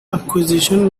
acquisition